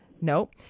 No